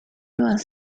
was